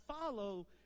follow